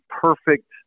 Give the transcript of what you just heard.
perfect